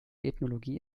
ethnologie